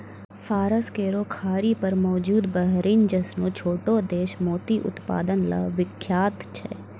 फारस केरो खाड़ी पर मौजूद बहरीन जैसनो छोटो देश मोती उत्पादन ल विख्यात छै